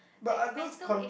but are those con~